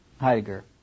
Heidegger